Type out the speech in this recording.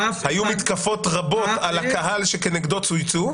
היו מתקפות רבות על הקהל שכנגדו צויצו,